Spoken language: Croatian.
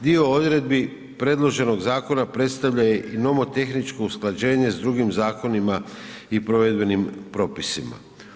Dio odredbi predloženog zakona predstavlja i nomotehničko usklađenje s drugim zakonima i provedbenim propisima.